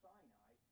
Sinai